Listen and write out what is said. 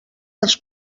els